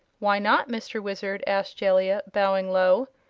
why not, mr. wizard? asked jellia, bowing low.